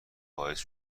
باعث